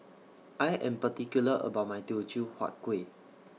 I Am particular about My Teochew Huat Kuih